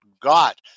got